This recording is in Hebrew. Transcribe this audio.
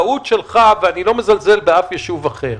זאת טעות שלך ואני לא מזלזל באף יישוב אחר,